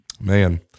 man